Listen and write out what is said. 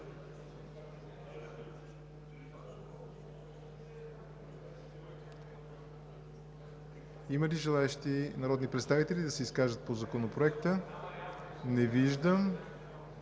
Има ли желаещи народни представители да се изкажат по Законопроекта? Не виждам.